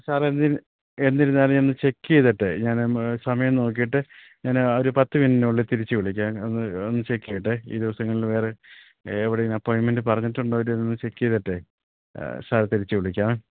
സാറേ എന്നിരുന്നാലും ഞാനൊന്ന് ചെക്കെയ്തിട്ടേ ഞാനൊന്നു സമയം നോക്കിയിട്ട് ഞാന് ഒരു പത്തു മിനിറ്റിനുള്ളില് തിരിച്ചുവിളിക്കാം ഒന്ന് ഒന്ന് ചെക്കെയ്യട്ടെ ഈ ദിവസങ്ങളില് വേറെ എവിടേലും അപ്പോയിന്മെൻ്റ് പറഞ്ഞിട്ടുണ്ടോ ഇല്ലയോ എന്നു ചെക്കെയ്തിട്ടേ സാറെ തിരിച്ചു വിളിക്കാം